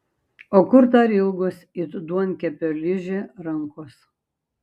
o kur dar ilgos it duonkepio ližė rankos